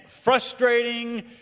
frustrating